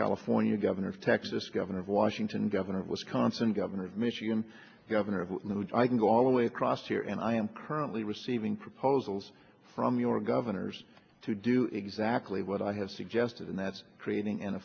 california governor of texas governor of washington governor of wisconsin governor of michigan governor of i can go all the way across here and i am currently receiving proposals from your governors to do exactly what i have suggested and that's creating an